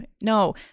no